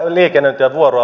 liikenne ja vuoro